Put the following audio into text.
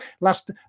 last